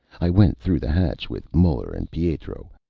i went through the hatch with muller and pietro.